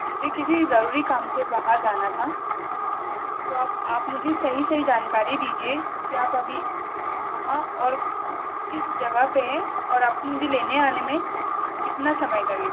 मुझे किसी ज़रूरी काम से बाहर जाना था तो अब आप मुझे सही सही जानकारी दीजिए कि आप अभी कहाँ और किस जगह पे हैं और आपको मुझे लेने आने में कितना समय लगेगा